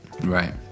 Right